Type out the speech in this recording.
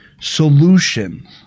solutions